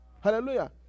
Hallelujah